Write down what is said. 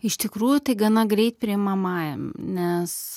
iš tikrųjų tai gana greit priimamajam nes